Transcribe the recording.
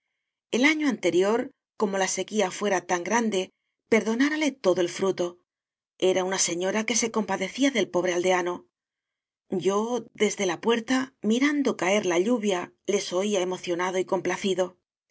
el año anterior como la sequía fuera tan grande perdonárale todo el fruto era una señora que se compadecía del pobre aldeano yo desde la puerta mirando caer la lluvia les oía emocionado y complacido